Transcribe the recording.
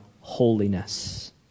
holiness